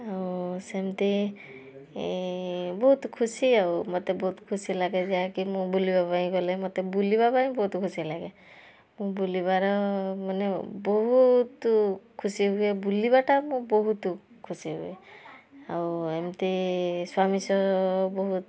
ଆଉ ସେମିତି ବହୁତ ଖୁସି ଆଉ ମତେ ବହୁତ ଖୁସି ଲାଗେ ଯାହାକି ମୁଁ ବୁଲିବା ପାଇଁ ଗଲେ ମତେ ବୁଲିବା ପାଇଁ ବହୁତ ଖୁସି ଲାଗେ ମୁଁ ବୁଲିବାର ମାନେ ବହୁତ ଖୁସି ହୁଏ ବୁଲିବା ଟା ମୁଁ ବହୁତ ଖୁସି ହୁଏ ଆଉ ଏମିତି ସ୍ୱାମୀ ସହ ବହୁତ